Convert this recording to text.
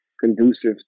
conducive